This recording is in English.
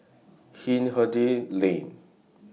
Hindhede Lane